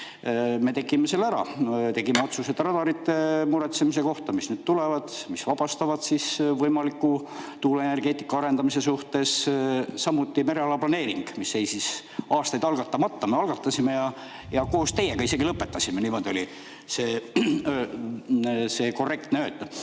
Meie tegime selle ära. Me tegime otsused radarite muretsemise kohta, mis nüüd tulevad ja mis vabastavad võimaliku tuuleenergeetika arendamise [piirangutest]. Samuti mereala planeering, mis oli aastaid algatamata – meie selle algatasime ja koos teiega isegi lõpetasime. Niimoodi oleks korrektne